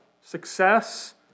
success